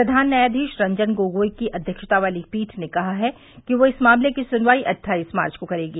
प्रधान न्यायाधीश रंजन गोगोई की अध्यक्षता वाली पीठ ने कहा है कि वह इस मामले की सुनवाई अट्ठाईस मार्च को करेगी